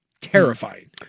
terrifying